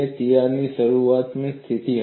તિરાડ શરૂઆતમાં સ્થિર હતી